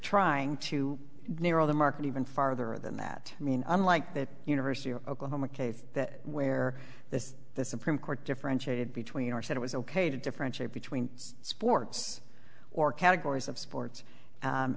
trying to narrow the market even farther than that i mean unlike the university of oklahoma case that where this the supreme court differentiated between are said it was ok to differentiate between sports or categories of sports